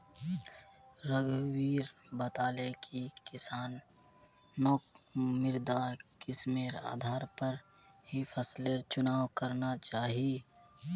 रघुवीर बताले कि किसानक मृदा किस्मेर आधार पर ही फसलेर चुनाव करना चाहिए